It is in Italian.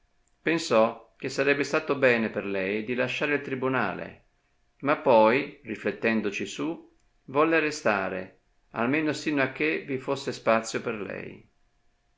pensò che sarebbe stato bene per lei di lasciare il tribunale ma poi riflettendoci su volle restare almeno sino a che vi fosse spazio per lei